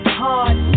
heart